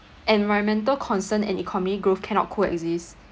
environmental concerns and economy growth cannot co-exist